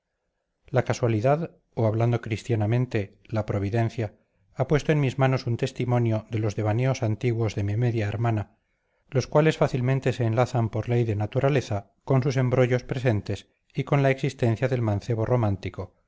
la casualidad o hablando cristianamente la providencia ha puesto en mis manos un testimonio de los devaneos antiguos de mi media hermana los cuales fácilmente se enlazan por ley de naturaleza con sus embrollos presentes y con la existencia del mancebo romántico